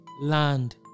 land